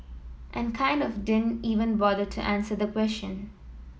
and kind of didn't even bother to answer the question